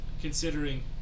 Considering